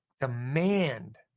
demand